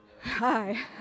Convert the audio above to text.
Hi